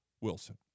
Wilson